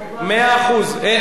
הסכמה מלאה.